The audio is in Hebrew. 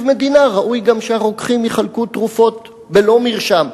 מדינה ראוי גם שהרוקחים יחלקו תרופות בלא מרשם.